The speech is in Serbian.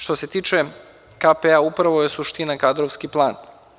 Što se tiče KPA, upravo je suština kadrovski plan.